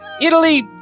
italy